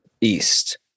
east